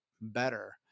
better